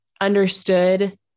understood